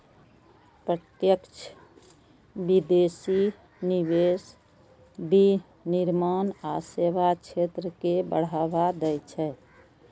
प्रत्यक्ष विदेशी निवेश विनिर्माण आ सेवा क्षेत्र कें बढ़ावा दै छै